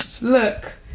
Look